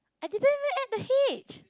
I didn't add the H